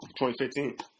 2015